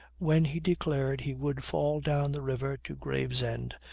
when he declared he would fall down the river to gravesend,